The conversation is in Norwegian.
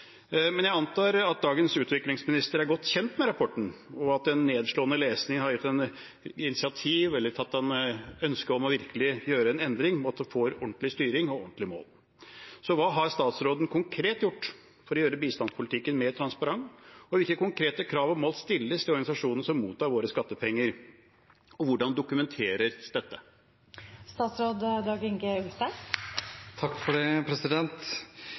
men jeg antar at dagens utviklingsminister er godt kjent med den, og at den nedslående lesningen har gitt ham initiativ til eller ønske om virkelig å gjøre en endring for å få ordentlig styring og ordentlige mål. Hva har statsråden konkret gjort for å gjøre bistandspolitikken mer transparent? Hvilke konkrete krav og mål stilles til organisasjonene som mottar våre skattepenger, og hvordan dokumenteres dette? Norsk bistand gjennomgår både mye rapportering og mye oppfølging, og det